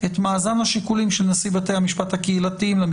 העניינים האלה שאומרת שבכל מקרה לנשיא בתי המשפט הקהילתיים יש